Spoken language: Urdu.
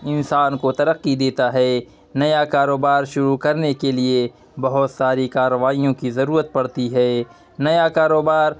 انسان کو ترکی دیتا ہے نیا کاروبار شروع کرنے کے لیے بہت ساری کاروائیوں کی ضرورت پڑتی ہے نیا کاروبار